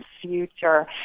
future